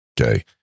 Okay